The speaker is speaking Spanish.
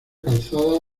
calzada